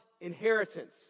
inheritance